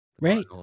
right